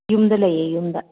ꯌꯨꯝꯗ ꯂꯩꯌꯦ ꯌꯨꯝꯗ